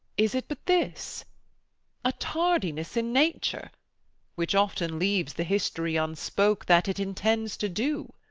is it but this a tardiness in nature which often leaves the history unspoke that it intends to do?